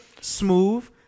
Smooth